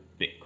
Bitcoin